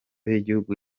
y’igihugu